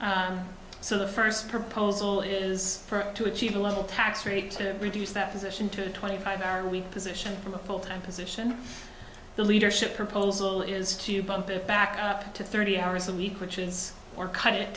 position so the first proposal is to achieve a level tax rate to reduce that position to twenty five hour week position for a full time position the leadership proposal is to bump it back up to thirty hours a week which is or cut it